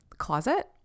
closet